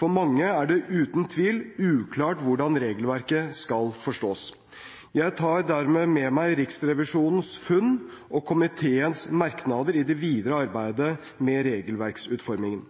For mange er det uten tvil uklart hvordan regelverket skal forstås. Jeg tar dermed med meg Riksrevisjonens funn og komiteens merknader i det videre arbeidet med regelverksutformingen.